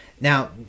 Now